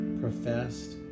professed